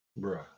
bruh